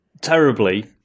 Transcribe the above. terribly